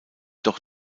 doch